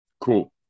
Cool